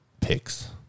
picks